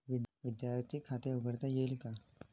विद्यार्थी खाते उघडता येईल का?